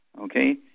Okay